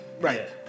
Right